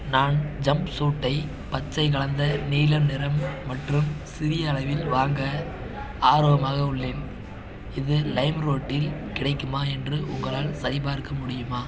நான் ஜம்ப்சூட்டை பச்சை கலந்த நீல நிறம் மற்றும் சிறிய அளவில் வாங்க ஆர்வமாக உள்ளேன் இது லைம்ரோட்டில் கிடைக்குமா என்று உங்களால் சரிபார்க்க முடியுமா